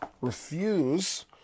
refuse